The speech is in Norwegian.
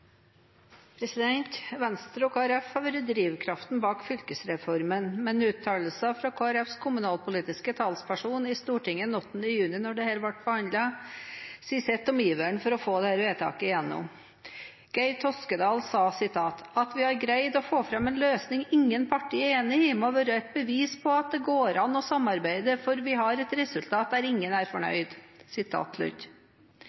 Venstre og Kristelig Folkeparti har vært drivkraften bak fylkesreformen, men uttalelser fra Kristelig Folkepartis kommunalpolitiske talsperson i Stortinget den 8. juni, da dette ble behandlet, sier sitt om iveren for å få dette vedtaket gjennom. Geir Sigbjørn Toskedal sa: «At vi har greid å få fram en løsning som ingen partier er enig i, må være et bevis på at det går an å samarbeide, for vi har et felles resultat der ingen er